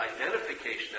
identification